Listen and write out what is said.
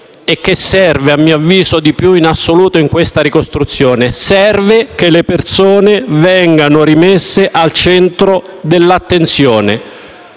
e che serve a mio avviso di più in assoluto in questa ricostruzione: serve che le persone vengano rimesse al centro dell'attenzione.